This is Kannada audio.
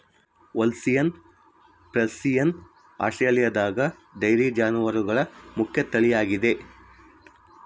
ಹೋಲ್ಸ್ಟೈನ್ ಫ್ರೈಸಿಯನ್ ಆಸ್ಟ್ರೇಲಿಯಾದಗ ಡೈರಿ ಜಾನುವಾರುಗಳ ಮುಖ್ಯ ತಳಿಯಾಗಿದೆ